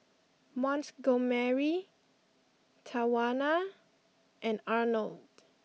Montgomery Tawanna and Arnold